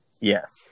Yes